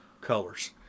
colors